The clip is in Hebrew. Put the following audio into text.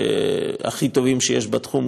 הכי טובים שיש בתחום,